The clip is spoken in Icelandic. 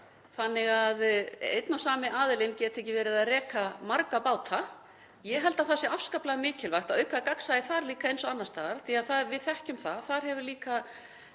þannig að einn og sami aðilinn geti ekki verið að reka marga báta. Ég held að það sé líka afskaplega mikilvægt að auka gagnsæi þar eins og annars staðar því að við þekkjum að þar hefur